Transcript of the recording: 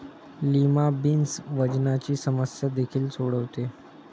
lima beans वजनाची समस्या देखील सोडवते